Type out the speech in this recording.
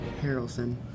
Harrelson